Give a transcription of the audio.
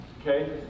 okay